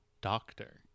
doctor